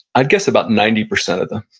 i'd guess about ninety percent of them.